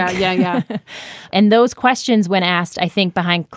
ah yeah yeah and those questions when asked, i think, behind,